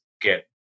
get